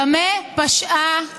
במה פשעה הדס,